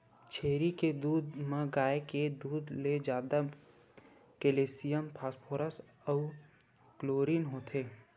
छेरी के दूद म गाय के दूद ले जादा केल्सियम, फास्फोरस अउ क्लोरीन होथे